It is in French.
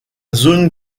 zone